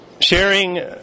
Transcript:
Sharing